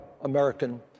American